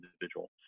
individual